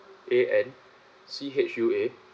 A N C H U A